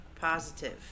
positive